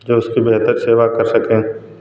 कर सके